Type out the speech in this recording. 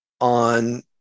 on